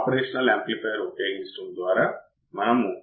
కాబట్టి input bias current ఏమిటో మనం చూస్తాము